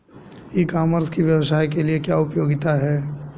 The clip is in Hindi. ई कॉमर्स की व्यवसाय के लिए क्या उपयोगिता है?